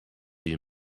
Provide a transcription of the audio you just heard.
you